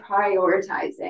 prioritizing